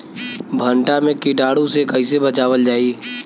भनटा मे कीटाणु से कईसे बचावल जाई?